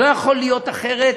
לא יכול להיות אחרת.